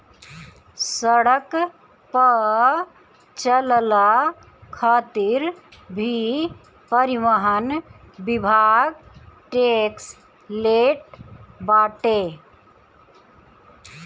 सड़क पअ चलला खातिर भी परिवहन विभाग टेक्स लेट बाटे